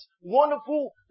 wonderful